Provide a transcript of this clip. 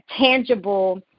tangible